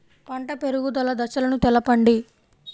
పంట పెరుగుదల దశలను తెలపండి?